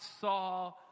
saw